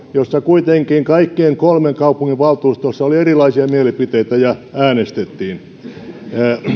missä kuitenkin kaikkien kolmen kaupungin valtuustossa oli erilaisia mielipiteitä ja äänestettiin